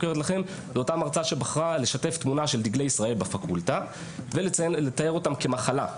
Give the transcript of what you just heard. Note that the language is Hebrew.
זו אותה מרצה שבחרה לשתף תמונה של דגלי ישראל בפקולטה ולתאר אותם כמחלה.